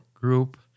group